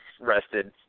rested